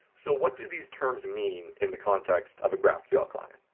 so what do these terms mean in the context of a graphql client?